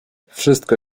wszystko